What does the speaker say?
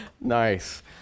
Nice